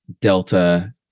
delta